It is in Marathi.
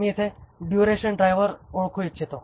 मी इथे ड्युरेशन ड्रायव्हर ओळखू इच्छितो